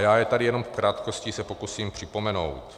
A já tady jenom v krátkosti se pokusím připomenout.